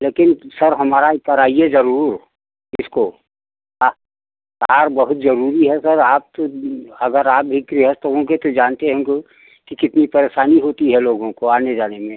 लेकिन सर हमारा कराइए जरूर इसको कार बहुत जरूरी है सर आप तो अगर आप भी गृहस्थ होंगे तो जानते होंगे कि कितनी परेशानी होती है लोगों को आने जाने में